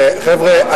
חבר'ה,